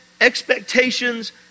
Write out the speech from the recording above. expectations